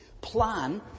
plan